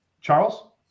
charles